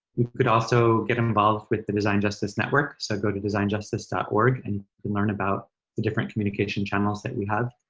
you could also get involved with the design justice network. so go to designjustice dot org and learn about the different communication channels that we have.